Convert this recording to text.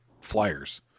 flyers